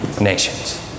nations